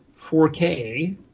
4K